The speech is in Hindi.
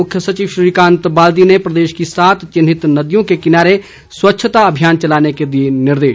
मुख्य सचिव श्रीकांत बाल्दी ने प्रदेश की सात चिन्हित नदियों किनारे स्वच्छता अभियान और चलाने के दिए निर्देश